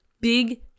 big